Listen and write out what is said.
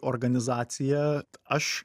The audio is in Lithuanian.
organizacija aš